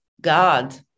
God